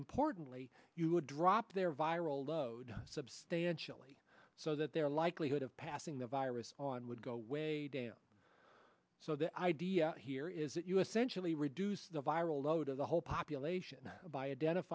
importantly you would drop their viral load substantially so that their likelihood of passing the virus on would go way down so the idea here is that us sensually reduce the viral load of the whole population by a den